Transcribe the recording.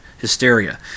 hysteria